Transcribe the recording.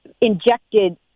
injected